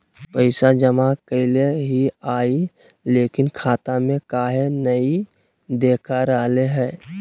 पैसा जमा कैले हिअई, लेकिन खाता में काहे नई देखा रहले हई?